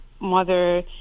mother